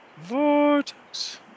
Vortex